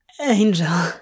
Angel